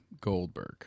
goldberg